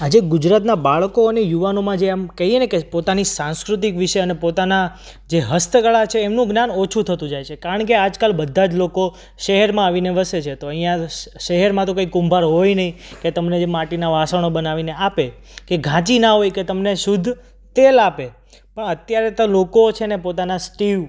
આજે ગુજરાતમાં બાળકો અને યુવાનોમાં જે આમ કહીએ ને કે પોતાની સાંસ્કૃતિક વિશે અને પોતાના જે હસ્તકળા છે એમનું જ્ઞાન ઓછું થતું જાય છે કારણકે આજ કાલ બધા જ લોકો શહેરમાં આવીને વસે છે તો અહિયા શ શ શહેરમાં તો કંઈ કુંભાર હોય નહીં કે તમને માટીના વાસણો બનાવીને આપે કે ઘાંચી ના હોય કે તમને શુદ્ધ તેલ આપે અત્યારે તો લોકો છે ને પોતાના સ્ટીવ